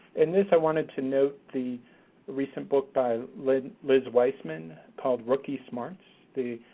and this, i wanted to note the recent book by liz liz wiseman, called rookie smarts. the,